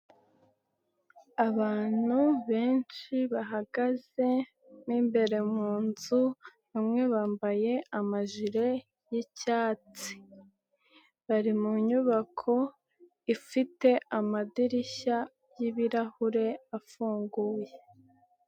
Abantu benshi bahagaze mo imbere mu nzu, bamwe bambaye amajire y'icyatsi. Bari mu nyubako, ifite amadirishya y'ibirahure afunguye.